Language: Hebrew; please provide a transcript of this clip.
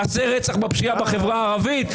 מעשי רצח ופשיעה בחברה ערבית,